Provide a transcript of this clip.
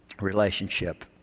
relationship